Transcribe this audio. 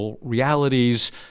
realities